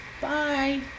Bye